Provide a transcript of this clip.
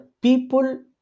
people